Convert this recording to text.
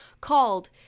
called